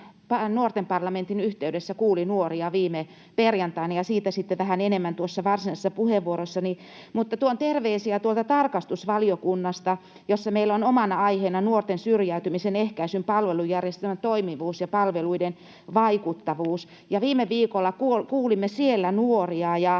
Nuorten parlamentin yhteydessä kuuli nuoria viime perjantaina, ja siitä sitten vähän enemmän varsinaisessa puheenvuorossani. Mutta tuon terveisiä tarkastusvaliokunnasta, jossa meillä on omana aiheenaan nuorten syrjäytymisen ehkäisyn palvelujärjestelmän toimivuus ja palveluiden vaikuttavuus, ja viime viikolla kuulimme siellä nuoria.